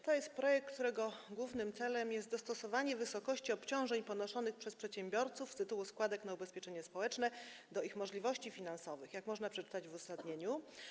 To jest projekt, którego głównym celem jest dostosowanie wysokości obciążeń ponoszonych przez przedsiębiorców z tytułu składek na ubezpieczenie społeczne do ich możliwości finansowych, jak można przeczytać w uzasadnieniu.